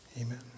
Amen